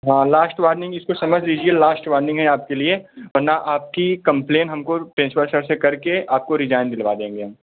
हाँ last warning इसको समझ लीजिए लास्ट वार्निन्ग है आपके लिए वरना आपकी कम्प्लेन हमको प्रिन्सिपल सर से करके आपको रिज़ाइन दिलवा देंगे हम